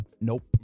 Nope